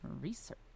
research